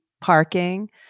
parking